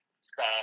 stop